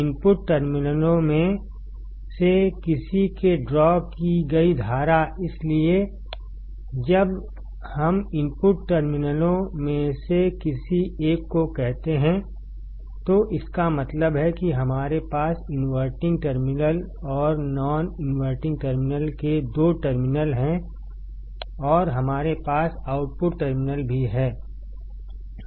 input टर्मिनलों में से किसी के ड्रा की गई धारा इसलिए जब हम इनपुट टर्मिनलों में से किसी एक को कहते हैं तो इसका मतलब है कि हमारे पासइनवर्टिंग टर्मिनल और नॉन इनवर्टिंग टर्मिनल केदोटर्मिनल हैं और हमारे पास आउटपुट टर्मिनल भी है